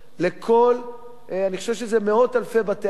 ואני חושב שזה מאות אלפי בתי-אב במדינת ישראל,